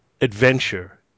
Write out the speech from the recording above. adventure